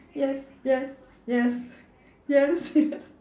yes yes yes yes yes